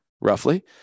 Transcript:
roughly